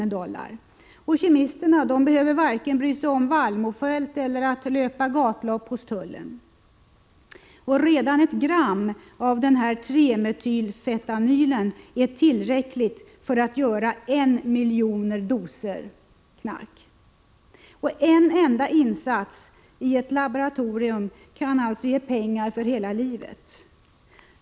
Kemisterna behöver varken bry sig om vallmofält eller löpa gatlopp hos tullen. Redan ett gram av 3-metyl-fentanyl är tillräckligt för att göra en miljon doser knark. En enda insats i ett laboratorium kan ge pengar för hela livet.